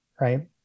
Right